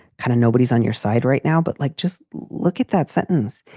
kind of nobody's on your side right now. but like, just look at that sentence.